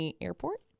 Airport